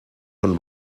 von